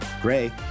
GRAY